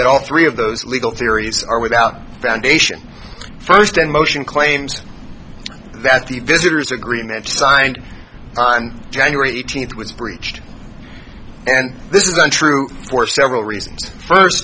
that all three of those legal theories are without foundation first and motion claims that the visitor's agreement signed on january eighteenth was breached and this is untrue for several reasons first